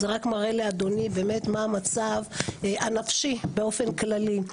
זה רק מראה לאדוני באמת מה המצב הנפשי באופן כללי.